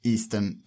Eastern